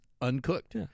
uncooked